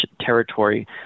territory